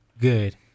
Good